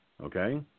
Okay